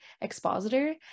Expositor